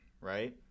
right